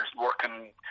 working